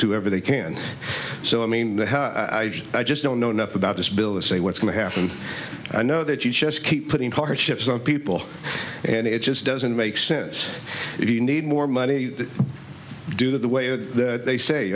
to ever they can so i mean i just don't know enough about this bill is say what's going to happen i know that you just keep putting hardships of people and it just doesn't make sense if you need more money to do that the way that they say